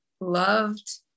loved